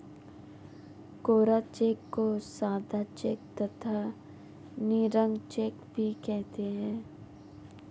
कोरा cheque को सादा cheque तथा निरंक चेक भी कहते हैं